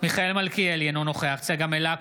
מיכאל מלכיאלי, אינו נוכח צגה מלקו,